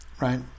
right